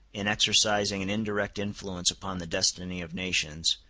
in exercising an indirect influence upon the destiny of nations,